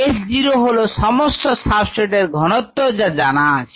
S0হলো সমস্ত সাবস্ট্রেট এর ঘনত্ব যা জানা আছে